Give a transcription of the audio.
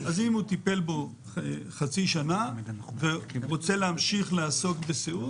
אם הוא טיפל בו חצי שנה ורוצה להמשיך לעסוק בסיעוד,